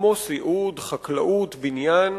כמו סיעוד, חקלאות, בניין,